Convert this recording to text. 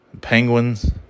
Penguins